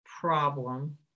problem